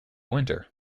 winter